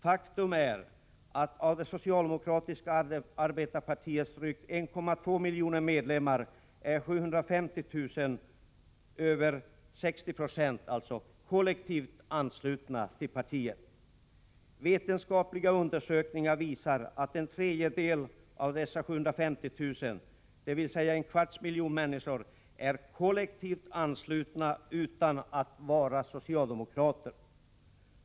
Faktum är att av det socialdemokratiska arbetarpartiets drygt 1,2 miljoner medlemmar är 750 000 — alltså mer än 60 96 — kollektivt anslutna till det socialdemokratiska partiet. Vetenskapliga undersökningar visar att en tredjedel av dessa 750 000 människor, dvs. en kvarts miljon människor, är kollektivt anslutna utan att för den skull vara socialdemokrater.